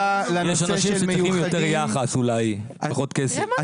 יש אנשים שצריכים יותר יחס אולי, פחות כסף.